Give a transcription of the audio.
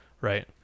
right